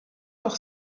doch